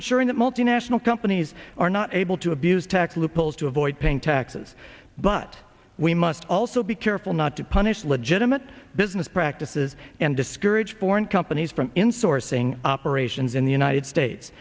ensuring that multinational companies are not able to abuse tax loopholes to avoid paying taxes but we must also be careful not to punish legitimate business practices and discourage born companies from insourcing operations in the united states